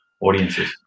audiences